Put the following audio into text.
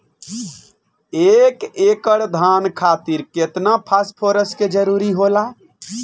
एक एकड़ धान खातीर केतना फास्फोरस के जरूरी होला?